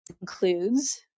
includes